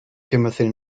timothy